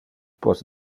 post